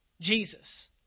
Jesus